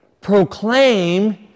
proclaim